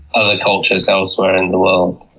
other cultures elsewhere in the world.